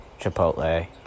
Chipotle